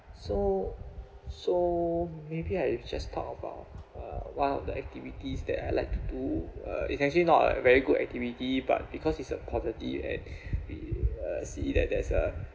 so so maybe I just talk about uh what are the activities that I like to do uh it's actually not a very good activity but because it's a positive and the uh see that there's a